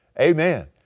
Amen